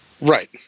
Right